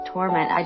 torment